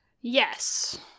yes